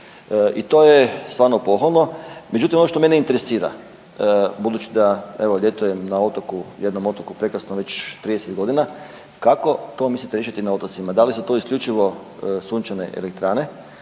I to je stvarno pohvalno. Međutim ono što mene interesira, budući da evo ljeto je na otoku, jednom otoku prekrasno već 30 godina kako to mislite to riješiti na otocima? Da li su to isključivo sunčane elektrane,